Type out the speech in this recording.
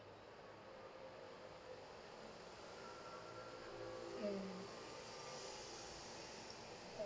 mm